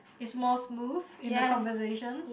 is more smooth in the conversation